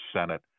Senate